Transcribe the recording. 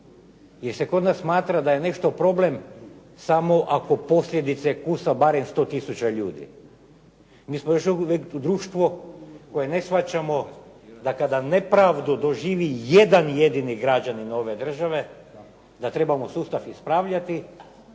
jer se kod nas smatra da je nešto problem samo ako posljedice kusa barem 100 tisuća ljudi. Mi smo još uvijek u društvu koje ne shvaćamo da kada nepravdu doživi jedan jedini građanin ove države da trebamo sustav ispravljati